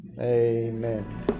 Amen